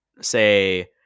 say